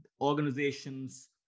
organizations